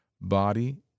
body